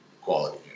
quality